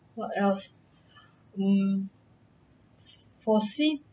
what else um foresee